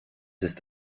ist